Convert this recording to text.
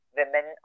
women